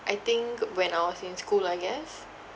I think when I was in school I guess